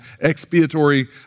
expiatory